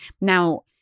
Now